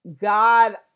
God